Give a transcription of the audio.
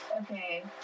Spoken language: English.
Okay